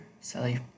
Sally